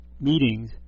meetings